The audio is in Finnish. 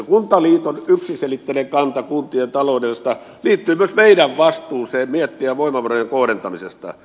kuntaliiton yksiselitteinen kanta kuntien taloudesta liittyy myös meidän vastuuseemme miettiä voimavarojen kohdentamista